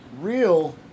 real